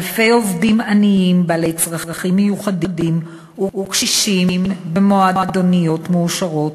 אלפי עובדים עניים עם צרכים מיוחדים וקשישים במועדוניות מועשרות